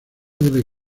debe